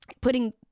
putting